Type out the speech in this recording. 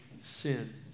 sin